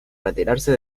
retirarse